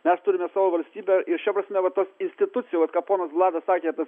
mes turime savo valstybę ir šia prasme va tos institucijų vat ką ponas vladas sakė tas